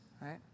right